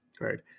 right